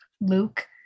Luke